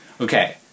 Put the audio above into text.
okay